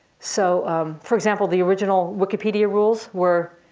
so for example, the original wikipedia rules were,